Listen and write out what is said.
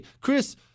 Chris